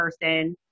person